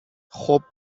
خوب